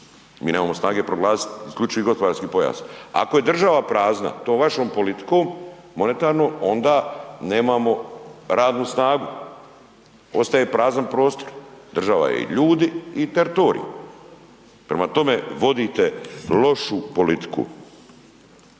mi nemamo snage proglasiti isključivi gospodarski pojas. Ako je država prazna tom vašom politikom monetarnom onda nemamo radno snagu, ostaje prazan prostor. Država je i ljudi i teritorij. Prema tome, vodite lošu politiku.